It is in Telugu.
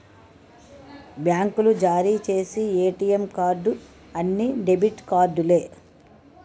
బ్యాంకులు జారీ చేసి ఏటీఎం కార్డు అన్ని డెబిట్ కార్డులే